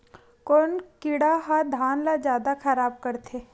कोन कीड़ा ह धान ल जादा खराब करथे?